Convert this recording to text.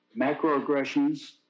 macroaggressions